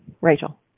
Rachel